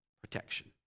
protection